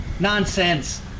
Nonsense